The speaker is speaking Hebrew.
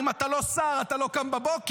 אם אתה לא שר אתה לא קם בבוקר,